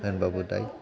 होनबाबो दाय